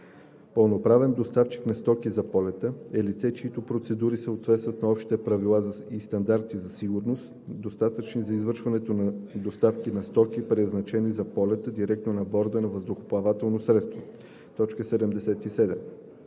„Пълноправен доставчик на стоки за полета“ е лице, чиито процедури съответстват на общи правила и стандарти за сигурност, достатъчни за извършването на доставки на стоки, предназначени за полета, директно на борда на въздухоплавателно средство. 77.